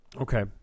okay